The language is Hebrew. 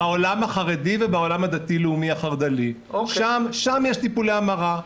בעולם החרדי ובעולם הדתי לאומי החרד"לי שם יש טיפולי המרה.